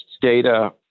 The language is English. data